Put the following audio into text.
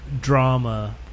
drama